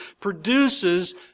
produces